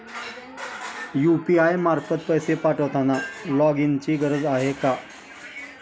UPI मार्फत पैसे पाठवताना लॉगइनची गरज असते का?